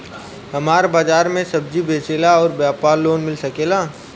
हमर बाजार मे सब्जी बेचिला और व्यापार लोन मिल सकेला?